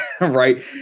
right